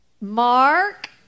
Mark